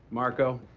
marco,